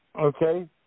Okay